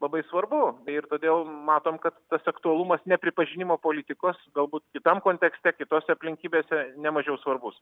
labai svarbu tai ir todėl matom kad tas aktualumas nepripažinimo politikos galbūt kitam kontekste kitose aplinkybėse nemažiau svarbus